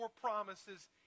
promises